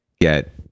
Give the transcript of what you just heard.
get